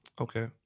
Okay